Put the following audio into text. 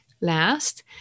last